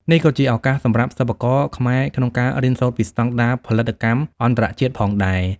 នេះក៏ជាឱកាសសម្រាប់សិប្បករខ្មែរក្នុងការរៀនសូត្រពីស្តង់ដារផលិតកម្មអន្តរជាតិផងដែរ។